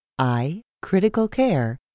iCriticalCare